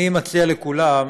אני מציע לכולם,